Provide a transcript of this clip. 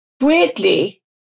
weirdly